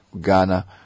Ghana